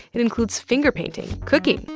it includes finger painting, cooking,